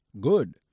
good